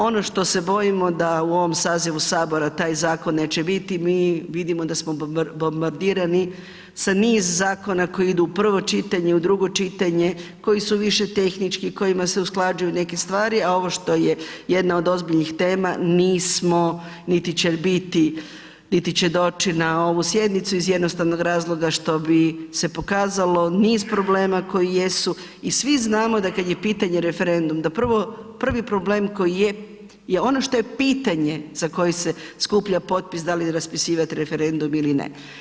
Ono što se bojim da u ovom sazivu Saboru taj zakon neće biti, mi vidimo da smo bombardirani sa niz zakona koji idu u prvo čitanje, u drugo čitanje, koji su više tehnički, kojima se usklađuju neke stvari a ovo što je jedna od ozbiljnih tema, nismo niti će biti niti će doći na ovu sjednicu iz jednostavnog razloga što bi se pokazalo niz problema koji jesu i svi znamo da kad je pitanje referenduma da prvi problem koji je je ono što je pitanje za koje se skuplja potpis, da li raspisivati referendum ili ne.